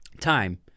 time